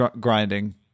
grinding